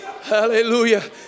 Hallelujah